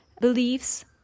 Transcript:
beliefs